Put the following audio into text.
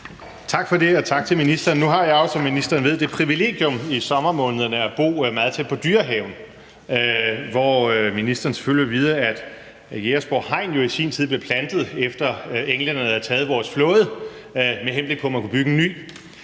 Tak for det, og tak til ministeren. Nu har jeg jo, som ministeren ved, det privilegium i sommermånederne at bo meget tæt på Dyrehaven, hvor ministeren selvfølgelig vil vide, at Jægersborg Hegn i sin tid blev plantet, efter at englænderne havde taget vores flåde, med henblik på at man kunne bygge en ny.